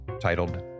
titled